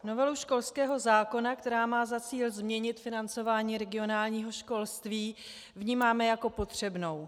Novelu školského zákona, která má za cíl změnit financování regionálního školství, vnímáme jako potřebnou.